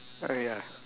uh ya